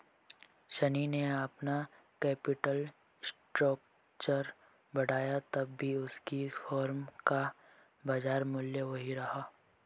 शनी ने अपना capital structure बढ़ाया तब भी उसकी फर्म का बाजार मूल्य वही रहा